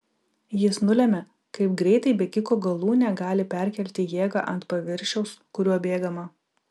jis nulemia kaip greitai bėgiko galūnė gali perkelti jėgą ant paviršiaus kuriuo bėgama